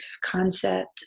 concept